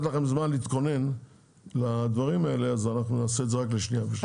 נותן לכם זמן להתכונן לקראת הקריאה השנייה והשלישית.